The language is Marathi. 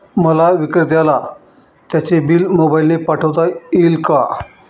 मला विक्रेत्याला त्याचे बिल मोबाईलने पाठवता येईल का?